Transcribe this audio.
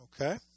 okay